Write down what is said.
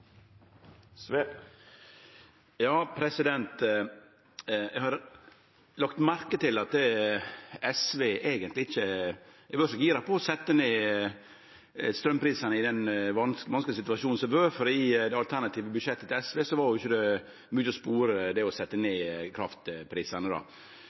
Eg har lagt merke til at SV eigentleg ikkje har vore så gira på å setje ned straumprisane i den vanskelege situasjonen som har vore, for i det alternative budsjettet til SV var det ikkje mykje spor etter det å